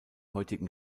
heutigen